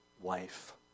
wife